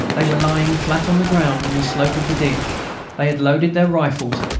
they were lying flat on the ground on the slope of the ditch they had loaded their rifles,